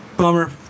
bummer